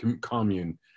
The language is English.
commune